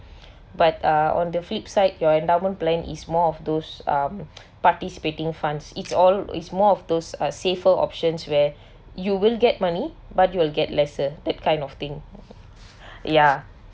but uh on the flip side your endowment plan is more of those um participating funds it's all it's more of those uh safer options where you will get money but you will get lesser that kind of thing ya